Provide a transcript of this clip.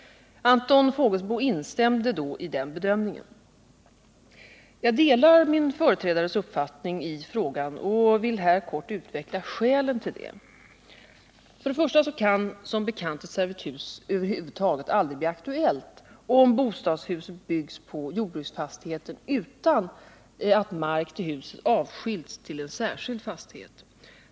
Anton Fågelsbo instämde då i den bedömningen. Jag delar min företrädares uppfattning i frågan och vill här kort utveckla skälen till detta. Först och främst kan som bekant ett servitut över huvud taget aldrig bli aktuellt om bostadshuset byggs på jordbruksfastigheten utan att mark till huset avskiljs till en särskild fastighet.